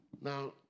Now